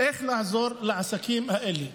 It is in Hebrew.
איך לעזור לעסקים האלה.